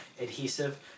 adhesive